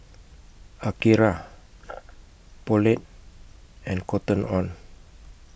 Akira Poulet and Cotton on